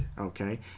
Okay